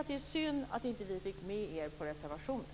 Det är synd att vi inte fick med er på reservationen.